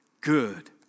good